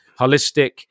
holistic